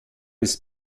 ist